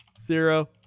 Zero